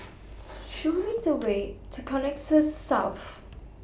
Show Me The Way to Connexis South